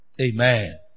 Amen